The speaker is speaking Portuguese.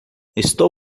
estou